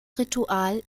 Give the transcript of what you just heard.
ritual